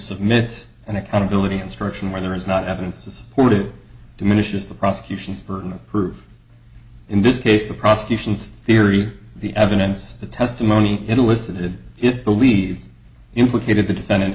submit an accountability instruction where there is not evidence to support it diminishes the prosecution's burden of proof in this case the prosecution's theory the evidence the testimony elicited it believe implicated the defendant